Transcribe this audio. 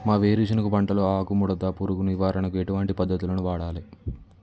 మా వేరుశెనగ పంటలో ఆకుముడత పురుగు నివారణకు ఎటువంటి పద్దతులను వాడాలే?